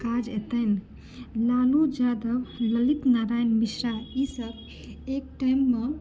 काज एतनि लालू यादव ललित नारायण मिश्रा ईसभ एक टाइममे